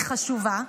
היא חשובה,